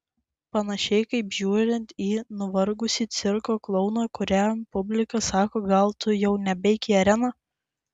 panašiai kaip žiūrint į nuvargusį cirko klouną kuriam publika sako gal tu jau nebeik į areną